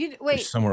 Wait